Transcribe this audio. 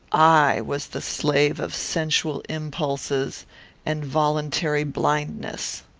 i was the slave of sensual impulses and voluntary blindness.